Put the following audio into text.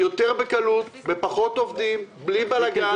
יותר בקלות, בפחות עובדים, בלי בלגן.